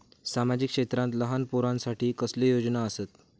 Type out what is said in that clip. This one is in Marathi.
सामाजिक क्षेत्रांत लहान पोरानसाठी कसले योजना आसत?